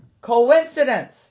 coincidence